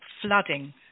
flooding